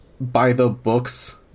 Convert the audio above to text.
by-the-books